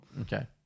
okay